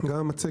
אני מניח